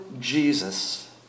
Jesus